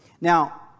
Now